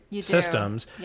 systems